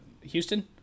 Houston